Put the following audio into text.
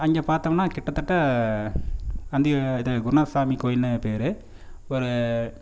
அங்கே பார்த்தம்னா கிட்டதட்ட அங்கே இது குருநாத சாமி கோயில்னு பேர் ஒரு